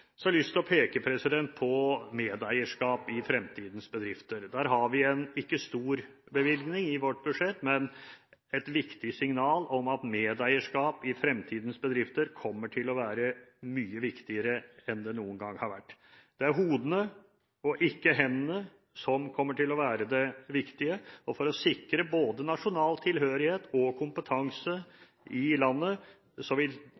Så har jeg lyst til å peke på medeierskap i fremtidens bedrifter. Der har vi en ikke stor bevilgning i vårt budsjett, men et viktig signal om at medeierskap i fremtidens bedrifter kommer til å være mye viktigere enn det noen gang har vært. Det er hodene og ikke hendene som kommer til å være det viktige, og for å sikre både nasjonal tilhørighet og kompetanse i landet vil